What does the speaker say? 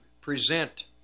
present